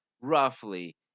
roughly